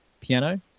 piano